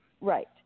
Right